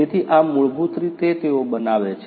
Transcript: તેથી આ મૂળભૂત રીતે તેઓ બનાવે એ છે